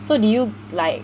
so do you like